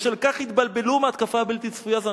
בשל כך התבלבלו מהתקפה בלתי צפויה זו".